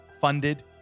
Funded